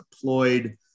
deployed